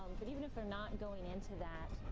but even if i'm not going into that,